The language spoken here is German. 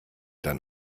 dann